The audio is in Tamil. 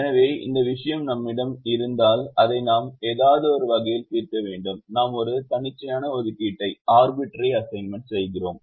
எனவே இந்த விஷயம் நம்மிடம் இருந்தால் அதை நாம் ஏதோவொரு வகையில் தீர்க்க வேண்டும் நாம் ஒரு தன்னிச்சையான ஒதுக்கீட்டை செய்கிறோம்